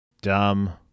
Dumb